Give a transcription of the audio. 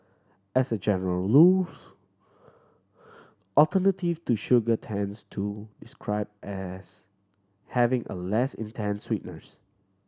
as a general alternative to sugar tends to describe as having a less intense sweetness